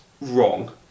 wrong